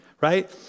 right